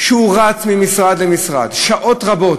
שהוא רץ ממשרד למשרד, שעות רבות.